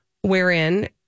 wherein